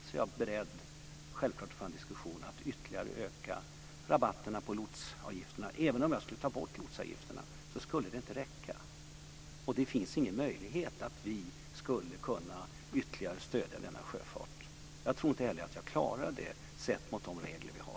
Då är jag självklart beredd att föra en diskussion om att öka rabatterna på lotsavgifterna ytterligare. Även om jag skulle ta bort lotsavgifterna skulle det inte räcka. Det finns ingen möjlighet för oss att stödja denna sjöfart ytterligare. Jag tror inte heller att jag skulle klara det med tanke på de regler vi har.